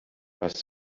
was